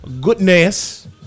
goodness